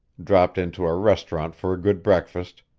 dropped into a restaurant for a good breakfast,